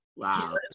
Wow